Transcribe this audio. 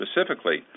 specifically